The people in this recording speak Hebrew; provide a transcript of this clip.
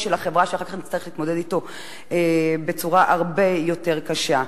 של החברה שאחר כך נצטרך להתמודד אתו בצורה הרבה יותר קשה.